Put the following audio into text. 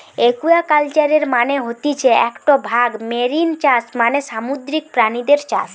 একুয়াকালচারের মানে হতিছে একটো ভাগ মেরিন চাষ মানে সামুদ্রিক প্রাণীদের চাষ